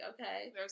okay